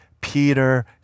Peter